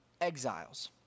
exiles